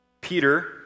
Peter